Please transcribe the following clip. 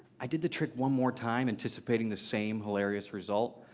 i did the trick one more time, anticipating the same hilarious result.